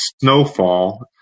snowfall